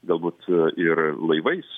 galbūt ir laivais